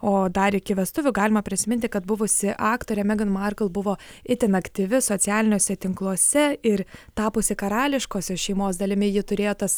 o dar iki vestuvių galima prisiminti kad buvusi aktorė megan markl itin aktyvi socialiniuose tinkluose ir tapusi karališkosios šeimos dalimi ji turėjo tas